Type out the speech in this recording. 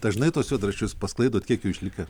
dažnai tuos juodraščius pasklaidot kiek jų išlikę